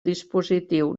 dispositiu